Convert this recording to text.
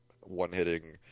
one-hitting